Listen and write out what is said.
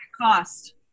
cost